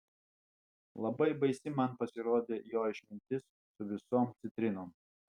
labai baisi man pasirodė jo išmintis su visom citrinom